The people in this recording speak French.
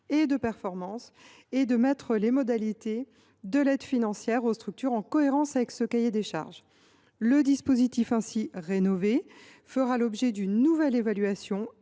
et de performance, ainsi que de mettre les modalités de l’aide financière aux structures en cohérence avec le nouveau cahier des charges. Le dispositif ainsi rénové fera l’objet d’une nouvelle évaluation